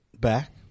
back